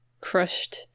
crushed